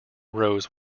rose